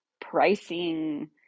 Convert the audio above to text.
pricing